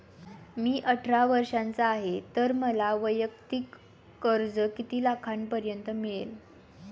मी अठरा वर्षांचा आहे तर मला वैयक्तिक कर्ज किती लाखांपर्यंत मिळेल?